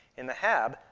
in the hab,